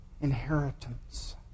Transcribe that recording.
inheritance